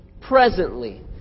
presently